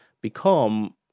become